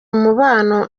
umubano